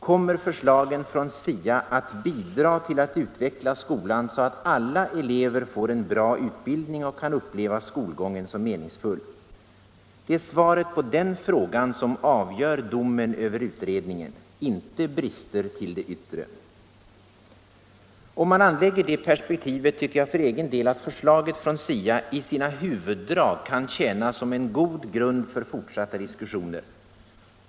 Kommer förslagen från SIA att bidra till att utveckla skolan så att alla elever får en bra utbildning och kan uppleva skolgången som meningsfull? Det är svaret på den frågan som avgör domen över utredningen, inte brister till det yttre. Om man anlägger det perspektivet, tycker jag för egen del att förslaget från SIA i sina huvuddrag kan tjäna som en god grund för fortsatta diskussioner.